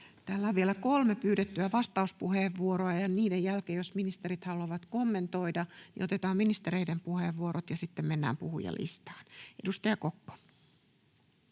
Täällä on vielä kolme pyydettyä vastauspuheenvuoroa. Niiden jälkeen, jos ministerit haluavat kommentoida, otetaan ministereiden puheenvuorot. Sitten mennään puhujalistaan. — Edustaja Kokko.